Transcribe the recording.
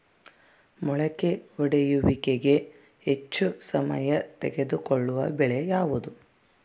ಮೊಳಕೆ ಒಡೆಯುವಿಕೆಗೆ ಹೆಚ್ಚು ಸಮಯ ತೆಗೆದುಕೊಳ್ಳುವ ಬೆಳೆ ಯಾವುದು?